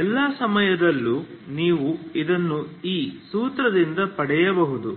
ಎಲ್ಲಾ ಸಮಯದಲ್ಲೂ ನೀವು ಇದನ್ನು ಈ ಸೂತ್ರದಿಂದ ಪಡೆಯಬಹುದು